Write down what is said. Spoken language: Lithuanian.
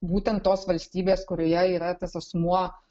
būtent tos valstybės kurioje yra tas asmuo